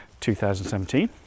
2017